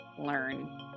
learn